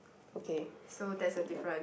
okay